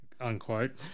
unquote